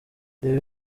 reba